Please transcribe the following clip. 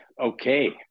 okay